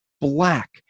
black